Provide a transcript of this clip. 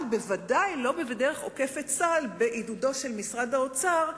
אבל בוודאי לא בדרך עוקפת-סל בעידודו של משרד האוצר.